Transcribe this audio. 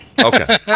Okay